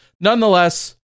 Nonetheless